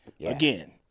Again